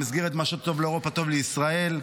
במסגרת מה שטוב לאירופה טוב לישראל.